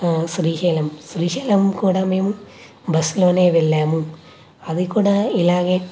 శ్రీశైలం శ్రీశైలం కూడా మేము బస్లోనే వెళ్ళాము అది కూడా ఇలాగే